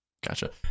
Gotcha